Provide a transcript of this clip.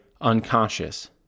unconscious